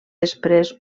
després